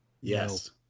Yes